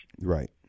Right